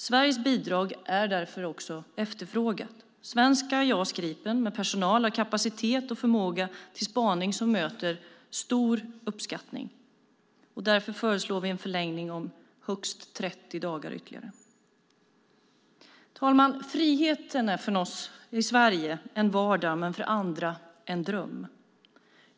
Sveriges bidrag är därför också efterfrågat. Svenska JAS Gripen med personal har kapacitet och förmåga till spaning som möter stor uppskattning. Därför föreslår vi en förlängning om högst 30 dagar ytterligare. Herr talman! Friheten är för oss i Sverige en vardag, men för andra en dröm.